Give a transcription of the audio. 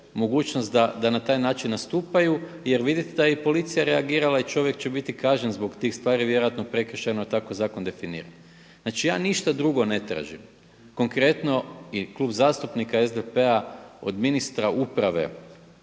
mogućnost da na taj način nastupaju jer vidite da je i policija reagirala i čovjek će biti kažnjen zbog tih stvari vjerojatno prekršajno jer tako zakon definira. Znači ja ništa drugo ne tražim, konkretno i Klub zastupnika SDP-a od ministra uprave